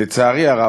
לצערי הרב,